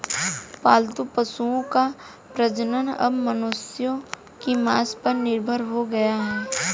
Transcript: पालतू पशुओं का प्रजनन अब मनुष्यों की मंसा पर निर्भर हो गया है